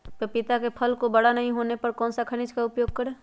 पपीता के फल को बड़ा नहीं होने पर कौन सा खनिज का उपयोग करें?